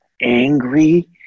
angry